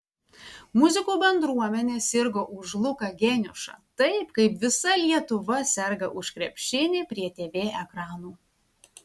muzikų bendruomenė sirgo už luką geniušą taip kaip visa lietuva serga už krepšinį prie tv ekranų